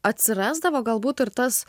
atsirasdavo galbūt ir tas